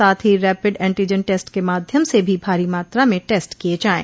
साथ ही rapid antigen test के माध्यम से भी भारी मात्रा में टेस्ट किये जाये